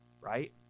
right